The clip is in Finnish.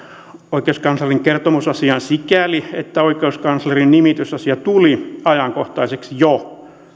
oikeuskanslerin kertomusasiaan sikäli että oikeuskanslerin nimitysasia tuli ajankohtaiseksi jo